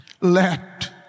let